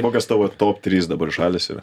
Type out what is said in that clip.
kokios tavo top trys dabar šalys yra